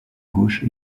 gauche